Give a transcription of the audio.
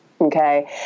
okay